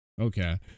Okay